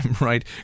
Right